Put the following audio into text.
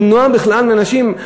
למנוע בכלל מאנשים?